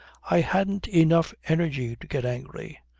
i hadn't enough energy to get angry.